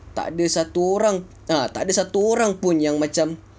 tak ada satu orang ah tak ada satu orang pun yang macam